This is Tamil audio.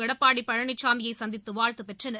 எடப்பாடி பழனிசாமியை சந்தித்து வாழ்த்து பெற்றனர்